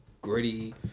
gritty